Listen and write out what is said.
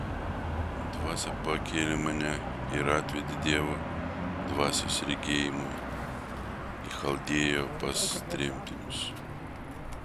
dvasia pakėlė mane ir atvedė dievo dvasios regėjimu į chaldėją pas tremtinius